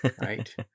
right